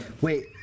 Wait